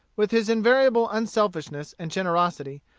with his invariable unselfishness and generosity,